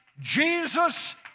Jesus